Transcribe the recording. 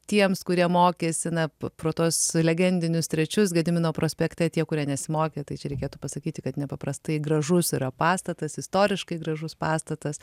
tiems kurie mokėsi na pro tuos legendinius trečius gedimino prospekte tie kurie nesimokė tai čia reikėtų pasakyti kad nepaprastai gražus yra pastatas istoriškai gražus pastatas